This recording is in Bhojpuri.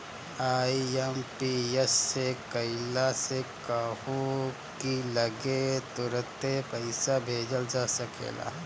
आई.एम.पी.एस से कइला से कहू की लगे तुरंते पईसा भेजल जा सकेला